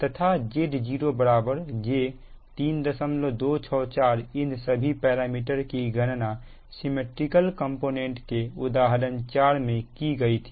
तथा Z0 j3264 इन सभी पैरामीटर की गणना सिमिट्रिकल कंपोनेंट के उदाहरण 4 में की गई थी